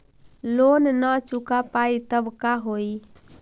Loan न चुका पाई तब का होई?